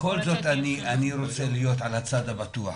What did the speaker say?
בכל זאת אני רוצה להיות על הצד הבטוח.